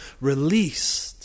released